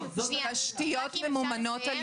התשתיות ממומנות על